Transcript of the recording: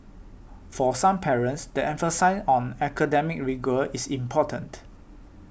for some parents the emphasis on academic rigour is important